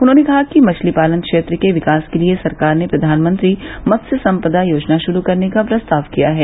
उन्होंने कहा कि मछली पालन क्षेत्र के विकास के लिए सरकार ने प्रधानमंत्री मत्स्य सम्पदा योजना शुरू करने का प्रस्ताव किया है